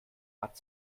hat